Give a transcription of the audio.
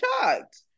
shocked